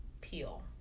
peel